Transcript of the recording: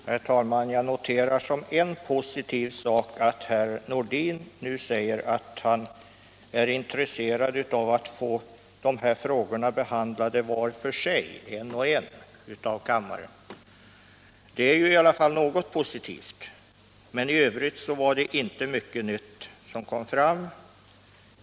Herr talman! Jag noterar som en positiv sak att herr Nordin nu säger att han är intresserad av att få dessa frågor behandlade var för sig — en och en — av kammaren. Det är alltså i alla fall något positivt. Men i övrigt var det inte mycket nytt som kom fram.